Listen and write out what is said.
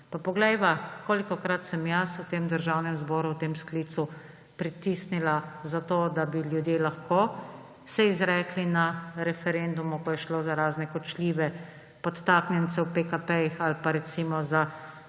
Pa poglejva, kolikokrat sem jaz v tem državnem zboru v tem sklicu pritisnila za to, da bi ljudje lahko se izrekli na referendumu, ko je šlo za razne kočljive podtaknjence v PKP-jih ali pa recimo za